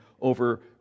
over